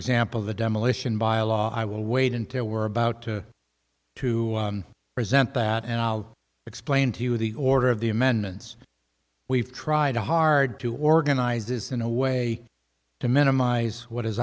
example the demolition byelaw i will wait until we were about to present that and i'll explain to you the order of the amendments we've tried hard to organize this in a way to minimize what is